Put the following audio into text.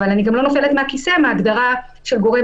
אבל אני גם לא נופלת מהכיסא מההגדרה של גורם